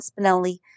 Spinelli